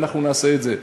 ואנחנו נעשה את זה.